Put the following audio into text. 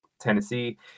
Tennessee